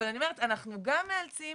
אבל אני אומרת אנחנו גם מאלצים